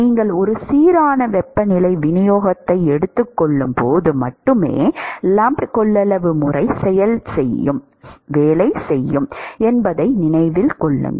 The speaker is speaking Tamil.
நீங்கள் ஒரு சீரான வெப்பநிலை விநியோகத்தை எடுத்துக் கொள்ளும்போது மட்டுமே லம்ப்ட் கொள்ளளவு முறை வேலை செய்யும் என்பதை நினைவில் கொள்ளுங்கள்